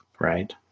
right